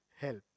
help